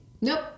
Nope